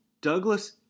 Douglas